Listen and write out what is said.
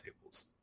tables